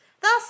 Thus